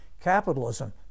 Capitalism